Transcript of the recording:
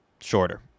shorter